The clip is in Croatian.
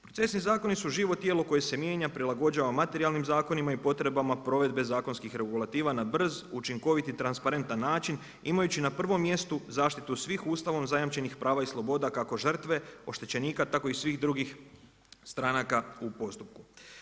Procesni zakoni su živo tijelo koje se mijenja, prilagođava materijalnim zakonima i potrebama provedbe zakonskih regulativa na brz, učinkovit i transparentan način imajući na prvom mjestu zaštitu svih Ustavom zajamčenih prava i sloboda kako žrtve, oštećenika tako i svih drugi stranaka u postupku.